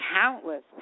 countless